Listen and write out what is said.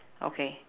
okay